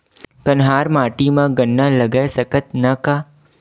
कन्हार माटी म गन्ना लगय सकथ न का?